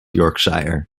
yorkshire